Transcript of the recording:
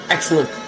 Excellent